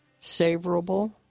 savorable